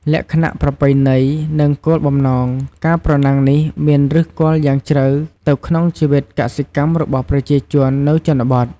លក្ខណៈប្រពៃណី និងគោលបំណង ការប្រណាំងនេះមានឫសគល់យ៉ាងជ្រៅទៅក្នុងជីវិតកសិកម្មរបស់ប្រជាជននៅជនបទ។